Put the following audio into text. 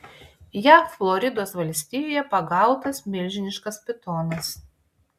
jav floridos valstijoje pagautas milžiniškas pitonas